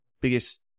biggest